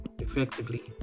effectively